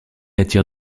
attire